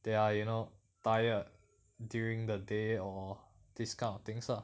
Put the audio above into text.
they are you know tired during the day or these kind of things lah